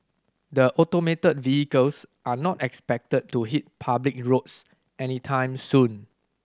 the automated vehicles are not expected to hit public roads anytime soon